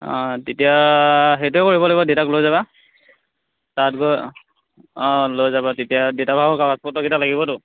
অঁ তেতিয়া সেইটোৱে কৰিব লাগিব দেউতাক লৈ যাবা তাত গৈ অঁ অঁ লৈ যাবা তেতিয়া দেউতাৰো কাগজ পত্ৰকেইটা লাগিবতো